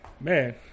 Man